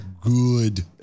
good